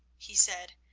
he said,